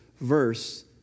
verse